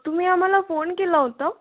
तुम्ही आम्हाला फोन केला होता